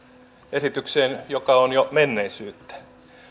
esitykseen joka on jo menneisyyttä